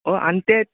ऑ आनी तेंत